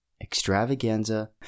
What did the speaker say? extravaganza